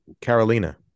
Carolina